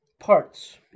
parts